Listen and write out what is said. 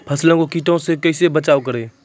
फसलों को कीट से कैसे बचाव करें?